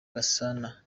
gasana